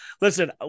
Listen